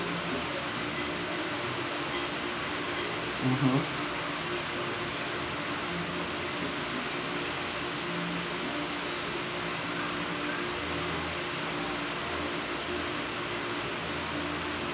mmhmm